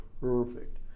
perfect